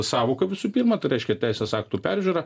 sąvoką visų pirma tai reiškia teisės aktų peržiūrą